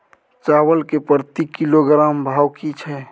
चावल के प्रति किलोग्राम भाव की छै?